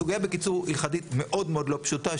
סוגיה, בקיצור, הלכתית, מאוד מאוד לא פשוטה.